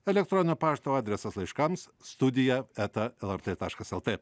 elektroninio pašto adresas laiškams studija eta lrt taškas lt